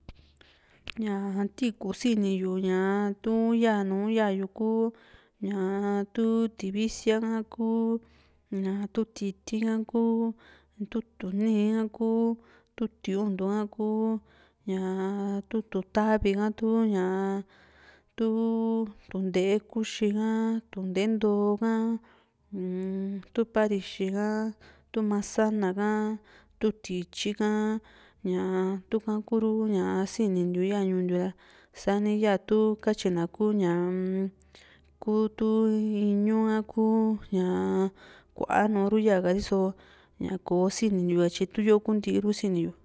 ña tii´kù sini yu ña tun yaa nùù yaa yu ku, ñaa tu tivisía ka, ku ña tu ti´ti ha ku, tu tuni´i ha, ku tu tíuntu ha ku, ñaa tu tutavi ka, tu ña, tuu tuntee kuxi ha, tu tuntee ntoo ha, uun tu paxixi ka, tu masana ha, tu tityi ha, ñaa tuka kuru ña sinintiu ya ñuu ntiu ra sani yaa tu katyi na kuu ñaa um ku tu iñu ka kuu ña kua nùù ru yaa ña ri´so ko sinitiu ka tyi tuu yoo kuu ntii ru sini yu.